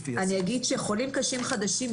אני אגיד שחולים קשים חדשים,